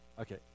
Okay